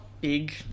big